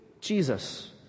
Jesus